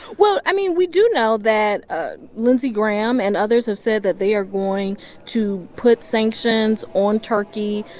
well, i mean, we do know that ah lindsey graham and others have said that they are going to put sanctions on turkey.